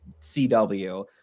CW